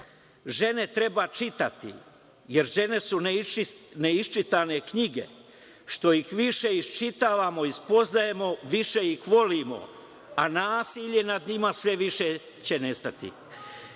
žene treba čitati, jer žene su neiščitane knjige, što ih više iščitavamo i spoznajemo više ih volimo, a nasilje nad njima sve više će nestati.